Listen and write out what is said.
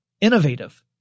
innovative